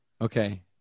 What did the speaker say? Okay